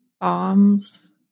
bombs